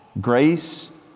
grace